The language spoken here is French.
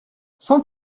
cent